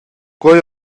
quei